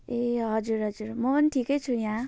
ए हजुर हजुर म पनि ठिकै छु यहाँ